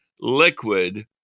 liquid